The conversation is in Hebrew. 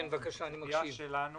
היא שלא